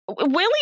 Willie